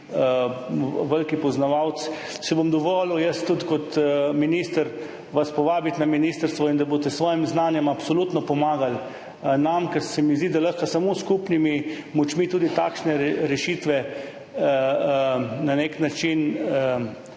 velik poznavalec, si bom vas dovolil tudi kot minister povabiti na ministrstvo, da boste s svojim znanjem absolutno pomagali nam. Ker se mi zdi, da lahko samo s skupnimi močmi tudi takšne rešitve na nek način